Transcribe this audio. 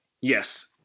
Yes